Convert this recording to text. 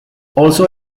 also